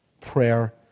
prayer